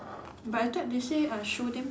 but I thought they say uh show them